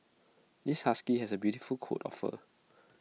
this husky has A beautiful coat of fur